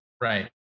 Right